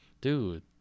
Dude